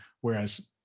whereas